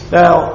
now